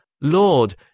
Lord